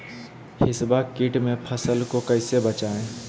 हिसबा किट से फसल को कैसे बचाए?